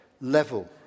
level